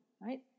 right